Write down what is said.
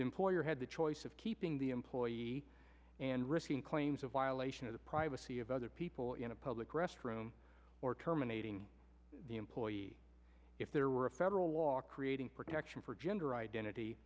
employer had the choice of keeping the employee and risking claims a violation of the privacy of other people in a public restroom or terminating the employee if there were a federal law creating protection for gender identity